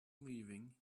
leaving